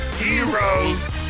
heroes